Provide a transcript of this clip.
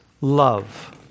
love